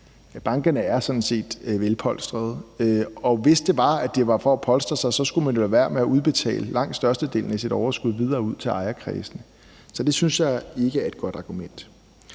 sådan set velpolstrede, og hvis det var, at det var for at polstre sig, skulle man lade være med at udbetale langt størstedelen af sit overskud videre ud til ejerkredsene. Så det synes jeg ikke er et godt argument.